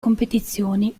competizioni